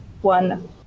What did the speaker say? one